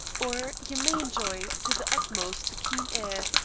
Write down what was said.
or you may enjoy to the utmost the keen air,